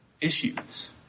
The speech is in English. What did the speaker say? issues